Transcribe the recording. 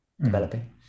developing